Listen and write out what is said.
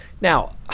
Now